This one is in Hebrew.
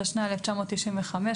התשנ"ה 1995,